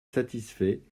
satisfait